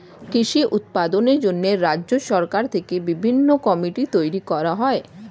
কৃষি উৎপাদনের জন্য রাজ্য সরকার থেকে বিভিন্ন কমিটি তৈরি করা হয়